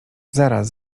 zaraz